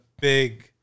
big